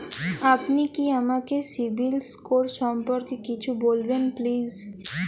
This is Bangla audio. আপনি কি আমাকে সিবিল স্কোর সম্পর্কে কিছু বলবেন প্লিজ?